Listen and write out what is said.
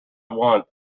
want